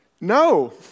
No